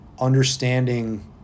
understanding